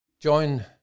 join